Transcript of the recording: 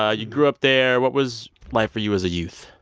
ah you grew up there. what was life for you as a youth?